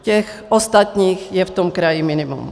Těch ostatních je v tom kraji minimum.